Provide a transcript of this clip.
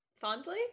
fondly